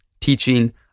teaching